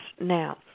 Now